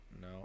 No